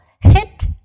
Hit